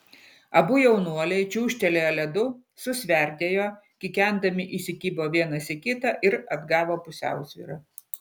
abu jaunuoliai čiūžtelėjo ledu susverdėjo kikendami įsikibo vienas į kitą ir atgavo pusiausvyrą